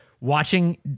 watching